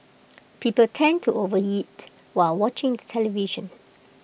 people tend to overeat while watching the television